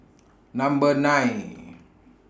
Number nine